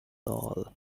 all